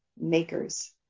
makers